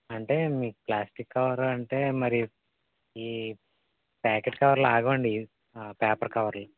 అంటే మీకు plastic cover అంటే మరి ఈ ప్యాకెట్ కవర్లు ఆగవండి పేపర్ కవర్లు